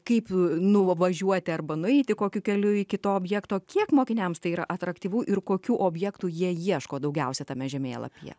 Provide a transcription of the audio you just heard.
kaip nuvažiuoti arba nueiti kokiu keliu iki to objekto kiek mokiniams tai yra atraktyvu ir kokių objektų jie ieško daugiausiai tame žemėlapyje